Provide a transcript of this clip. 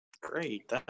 Great